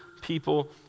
people